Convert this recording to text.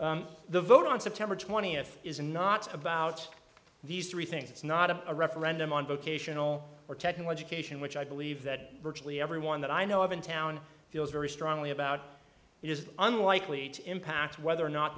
p the vote on september twentieth is not about these three things it's not a referendum on vocational or technology cation which i believe that virtually everyone that i know of in town feels very strongly about it is unlikely to impact whether or not